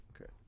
Okay